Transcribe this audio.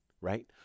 right